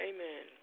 Amen